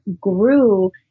grew